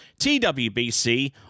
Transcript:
TWBC